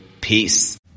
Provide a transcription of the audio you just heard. peace